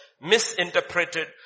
misinterpreted